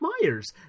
Myers